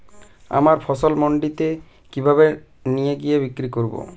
আমার ফসল মান্ডিতে কিভাবে নিয়ে গিয়ে বিক্রি করব?